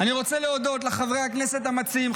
אני רוצה להודות לחברי הכנסת המציעים,